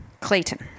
Clayton